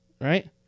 right